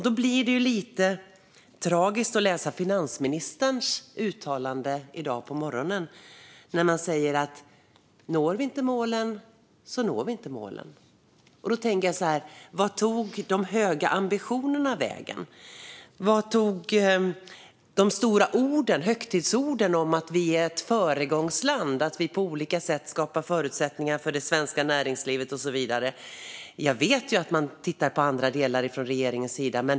Det blir lite tragiskt att läsa finansministerns uttalande i dag på morgonen. Hon säger: Når vi inte målen, så når vi inte målen. Vart tog de höga ambitionerna vägen? Vart tog de stora högtidsorden vägen om att vi är ett föregångsland? Det handlar om att vi på olika sätt skapar förutsättningar för det svenska näringslivet och så vidare. Jag vet att man tittar på andra delar från regeringens sida.